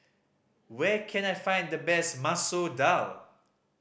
where can I find the best Masoor Dal